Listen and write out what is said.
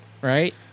right